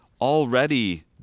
already